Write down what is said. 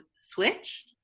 switch